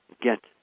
get